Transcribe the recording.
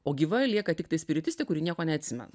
o gyva lieka tiktai spiritistė kuri nieko neatsimena